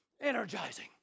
energizing